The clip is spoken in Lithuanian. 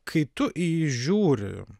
kai tu į jį žiūri